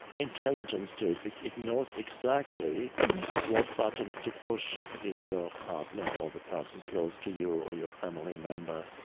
intelligence to it right but it knows exactly what buttons to push in your partner or the person close to you or your family member.